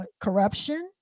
corruption